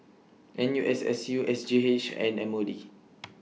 N U S S U S G H and M O D